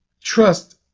trust